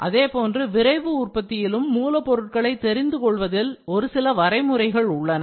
அதேபோன்று விரைவு உற்பத்தியிலும் மூலப்பொருட்களை தெரிந்து கொள்வதில் ஒரு சில வரைமுறைகள் உள்ளன